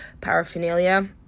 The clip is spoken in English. paraphernalia